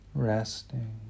Resting